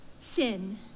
sin